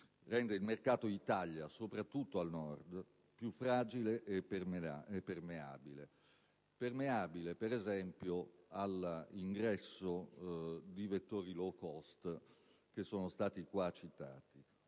rendano il mercato Italia, soprattutto al Nord, più fragile e permeabile. Permeabile, per esempio, all'ingresso dei vettori *low cost*, che sono stati qui citati.